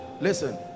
listen